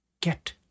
get